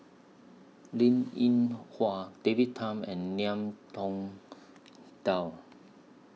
Linn in Hua David Tham and Ngiam Tong Dow